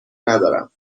ندارم